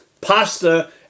pasta